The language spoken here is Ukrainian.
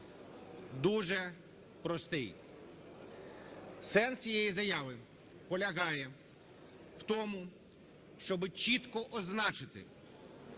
дуже простий. Сенс цієї заяви полягає в тому, щоб чітко означити,